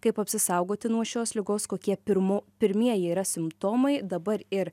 kaip apsisaugoti nuo šios ligos kokie pirmo pirmieji yra simptomai dabar ir